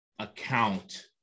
account